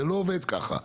זה לא עובד ככה.